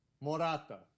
morata